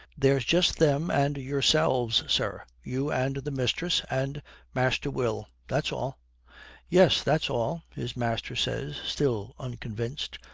there's just them and yourselves, sir, you and the mistress and master will. that's all yes, that's all his master says, still unconvinced.